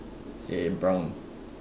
eh brown